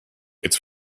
its